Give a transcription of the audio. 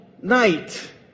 night